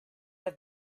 have